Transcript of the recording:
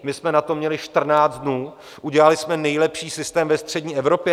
My jsme na to měli 14 dnů, udělali jsme nejlepší systém ve střední Evropě.